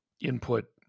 input